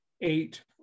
eight